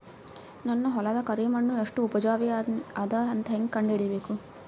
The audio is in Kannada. ನನ್ನ ಹೊಲದ ಕರಿ ಮಣ್ಣು ಎಷ್ಟು ಉಪಜಾವಿ ಅದ ಅಂತ ಹೇಂಗ ಕಂಡ ಹಿಡಿಬೇಕು?